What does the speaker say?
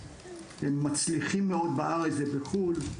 הם מצליחים מאוד בארץ ובחו"ל.